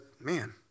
man